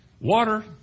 water